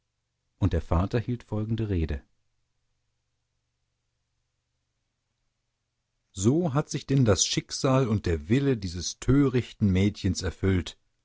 und der vater hielt folgende rede so hat sich denn das schicksal und der wille dieses törichten mädchens erfüllt